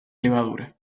levadura